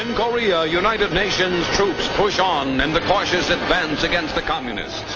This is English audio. korea, united nations troops push on in the cautious advance against the communists.